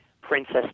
Princess